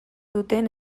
duten